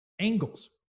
angles